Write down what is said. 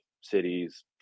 cities